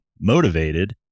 motivated